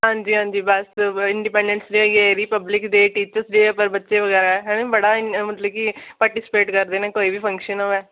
हां जी हां जी बस इंडिपेंडेंस डे होई गे रिपब्लिक डे टीचर्स डे पर बच्चे बगैरा है नी मतलब कि पार्टीसिपेट करदे न कोई बी फंक्शन होवै